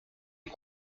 est